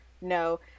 no